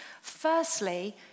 Firstly